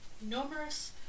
numerous